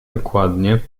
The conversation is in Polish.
dokładnie